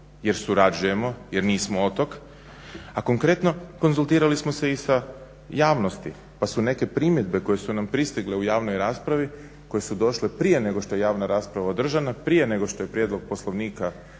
jer surađujemo, jer nismo otok, a konkretno konzultirali smo se i sa javnosti. Pa su neke primjedbe koje su nam pristigle u javnoj raspravi i koje su došle prije nego što je javna rasprava održana, prije nego što je prijedlog Poslovnika